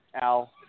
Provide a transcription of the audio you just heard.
Al